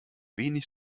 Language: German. wenig